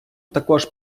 також